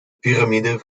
piramide